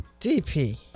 DP